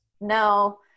No